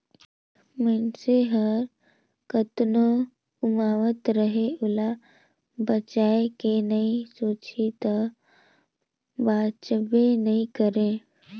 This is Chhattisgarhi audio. मइनसे हर कतनो उमावत रहें ओला बचाए के नइ सोचही त बांचबे नइ करे